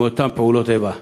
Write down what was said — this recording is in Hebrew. אותן פעולות איבה.